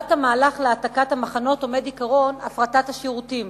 בליבת המהלך להעתקת המחנות עומד עקרון הפרטת השירותים,